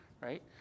Right